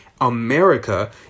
America